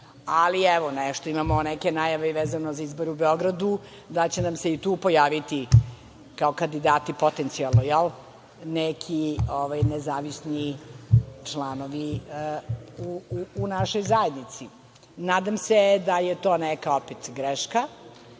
netačni, ali imamo neke najave vezano za izbore u Beogradu da će nam se i tu pojaviti kao kandidati, potencijalni, jel, neki nezavisni članovi u našoj zajednici. Nadam se da je to neka opet greška